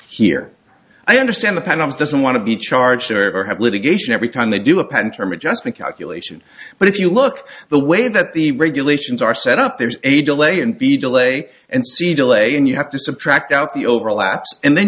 here i understand the panels doesn't want to be charged or have litigation every time they do a patent term adjustment calculation but if you look the way that the regulations are set up there's a delay and b delay and see delay and you have to subtract out the overlaps and then